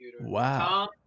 Wow